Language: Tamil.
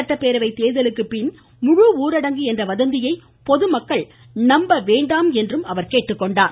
சட்டப்பேரவை தேர்தலுக்குப்பின் முழு ஊரடங்கு என்ற வதந்தியை பொதுமக்கள் நம்ப வேண்டாம் என அவர் கேட்டுக்கொண்டார்